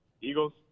Eagles